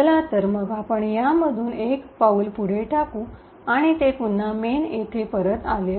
चला तर मग आपण यातून एक पाऊल टाकू आणि ते पुन्हा मेन येथे परत आले